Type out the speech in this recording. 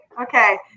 Okay